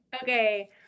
Okay